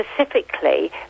specifically